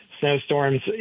snowstorms